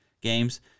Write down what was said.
games